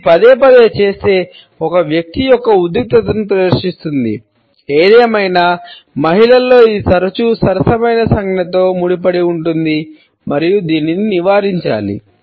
ఇది పదేపదే చేస్తే ఒక వ్యక్తి యొక్క ఉద్రిక్తతను ప్రదర్శిస్తుంది ఏదేమైనా మహిళల్లో ఇది తరచూ సరసమైన సంజ్ఞతో ముడిపడి ఉంటుంది మరియు దీనిని నివారించాలి